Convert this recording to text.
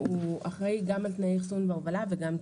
הוא אחראי גם על תנאי אחסון והובלה וגם ...